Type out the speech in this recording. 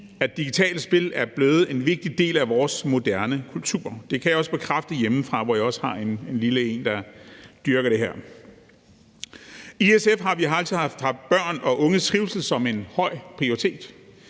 at digitale spil er blevet en vigtig del af vores moderne kultur. Det kan jeg også bekræfte hjemmefra, hvor jeg har en lille en, der dyrker det her. I SF har vi altid haft børn og unges trivsel som en høj prioritet.